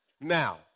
Now